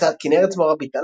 הוצאת כנרת זמורה ביתן,